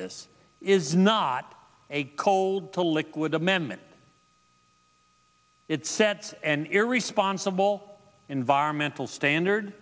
this is not a cold the liquid amendment it sets and ear responsible environmental standard